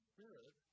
Spirit